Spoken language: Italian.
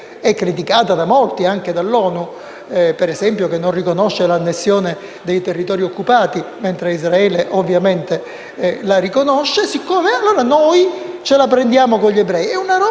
è criticata da molti (anche dall'ONU, per esempio, che non riconosce l'annessione dei territori occupati mentre Israele, ovviamente, la riconosce), allora noi ce la prendiamo con gli ebrei. È una